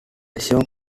show